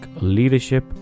leadership